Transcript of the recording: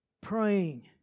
Praying